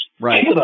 Right